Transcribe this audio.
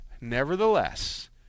nevertheless